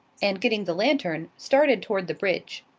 and getting the lantern, started toward the bridge.